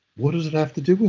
what does it have to do